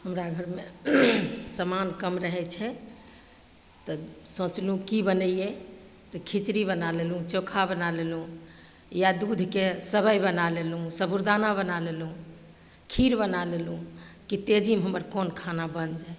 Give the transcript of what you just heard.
हमरा घरमे समान कम रहै छै तऽ सोचलहुँ कि बनैए तऽ खिचड़ी बना लेलहुँ चोखा बना लेलहुँ या दूधके सेवइ बना लेलहुँ साबुदाना बना लेलहुँ खीर बना लेलहुँ कि तेजीमे हमर कोन खाना बनि जाइ